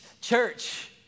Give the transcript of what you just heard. church